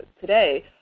today